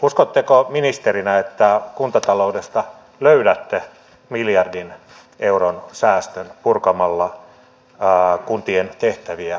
uskotteko ministerinä että kuntataloudesta löydätte miljardin euron säästön purkamalla kuntien tehtäviä ja normeja